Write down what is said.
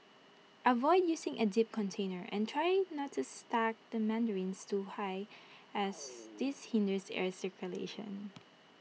avoid using A deep container and try not to stack the mandarins too high as this hinders air circulation